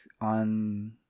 on